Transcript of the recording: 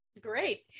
Great